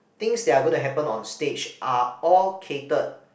things that are going to happen on stage are all catered